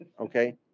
Okay